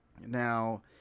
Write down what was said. Now